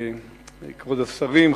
כבוד השרים,